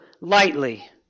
lightly